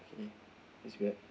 it's weird